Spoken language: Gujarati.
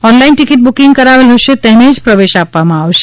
ઓનલાઇન ટીકિટ બુકીંગ કરાવેલ હશે તેને જ પ્રવેશ આપવામાં આવશે